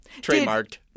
Trademarked